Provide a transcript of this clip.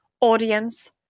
audience